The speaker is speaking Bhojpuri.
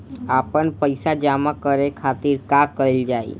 आपन पइसा जमा करे के खातिर का कइल जाइ?